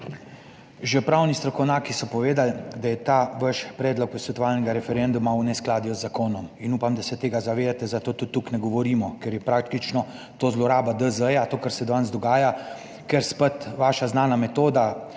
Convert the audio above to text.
Že pravni strokovnjaki so povedali, da je ta vaš predlog posvetovalnega referenduma v neskladju z zakonom in upam, da se tega zavedate, zato tudi tukaj ne govorimo, ker je praktično to zloraba DZ, to kar se danes dogaja. Ker spet vaša znana metoda,